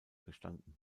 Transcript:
gestanden